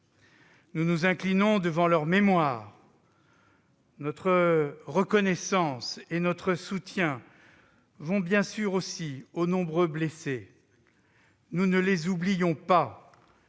Nous nous inclinons devant leur mémoire. Notre reconnaissance et notre soutien vont bien sûr aussi aux nombreux blessés. Nous ne les oublions pas